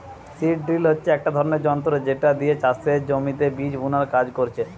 seed drill হচ্ছে এক ধরণের যন্ত্র যেটা দিয়ে চাষের জমিতে বীজ বুনার কাজ করছে